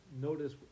notice